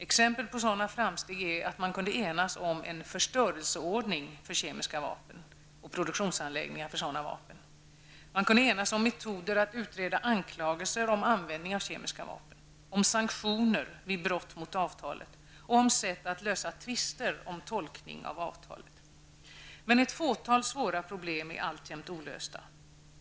Exempel på sådana framsteg är att man kunde enas om en förstörelseordning för kemiska vapen och produktionsanläggningar för sådana vapen, om metoder att utreda anklagelser om användning av kemiska vapen, om sanktioner vid brott mot avtalet och om sätt att lösa tvister om tolkning av avtalet. Ett fåtal svåra problem är alltjämt olösta.